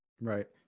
Right